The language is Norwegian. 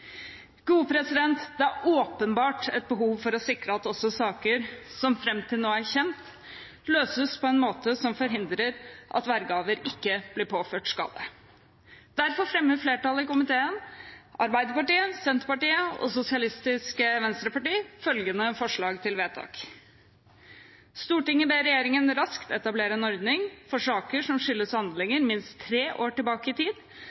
Det er åpenbart et behov for å sikre at også saker som fram til nå er kjent, løses på en måte som forhindrer at vergehaver blir påført skade. Derfor fremmer flertallet i komiteen, Arbeiderpartiet, Senterpartiet og Sosialistisk Venstreparti, følgende forslag til vedtak: «Stortinget ber regjeringen raskt etablere en ordning for saker som skyldes handlinger minst tre år tilbake i tid,